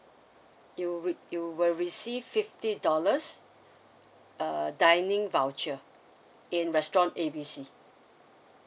you will you will receive fifty dollars uh dining voucher in restaurant A B C